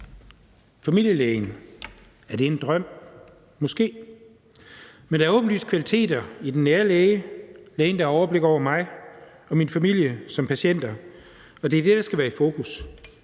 Familielægen: Er det en drøm? Måske. Men der er åbenlyse kvaliteter i den nære læge, lægen, der har overblik over mig og min familie som patienter, og det er det, der skal være i fokus.